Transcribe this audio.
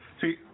see